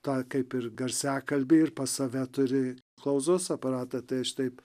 tą kaip ir garsiakalbį ir pas save turi klausos aparatą tai aš taip